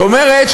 זאת אומרת,